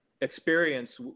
experience